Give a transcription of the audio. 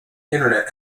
internet